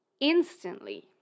instantly